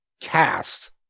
cast